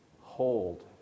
hold